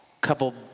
couple